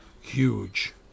huge